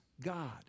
God